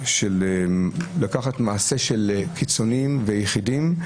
לקחת מעשים של קיצוניים ושל יחידים,